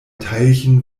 teilchen